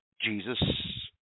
Jesus